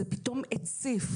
זה פתאום הציף.